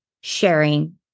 sharing